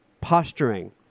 posturing